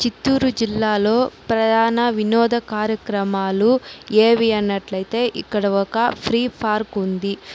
చిత్తూరు జిల్లాలో ప్రధాన వినోద కార్యక్రమాలు ఏవీ అన్నట్లయితే ఇక్కడ ఒక ఫ్రీ పార్కు ఉంది